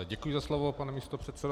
Děkuji za slovo, pane místopředsedo.